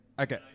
Okay